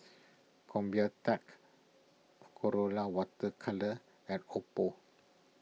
Convatec Colora Water Colours and Oppo